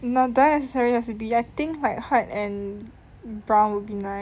doesn't necessary have to be think like white and brown would be nice